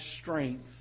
strength